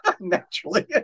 Naturally